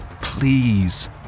please